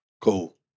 cool